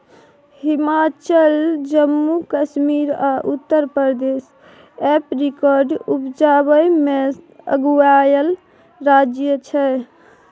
हिमाचल, जम्मू कश्मीर आ उत्तर प्रदेश एपरीकोट उपजाबै मे अगुआएल राज्य छै